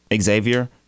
Xavier